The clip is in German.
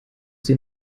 sie